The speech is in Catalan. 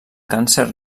càncer